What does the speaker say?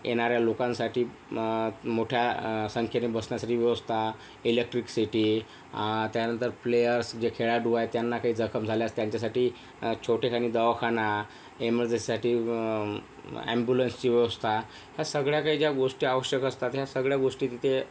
येणाऱ्या लोकांसाठी मोठ्या संख्येने बसण्यासाठी व्यवस्था इलेक्ट्रिकसेटी त्यानंतर प्लेयर्स जे खेळाडू आहेत त्यांना काही जखम झाल्यास त्यांच्यासाठी छोटेखानी दवाखाना इमर्जससाठी ॲम्बुलन्सची व्यवस्था या सगळ्या काही ज्या गोष्टी आवश्यक असतात ह्या सगळ्या गोष्टी तिथे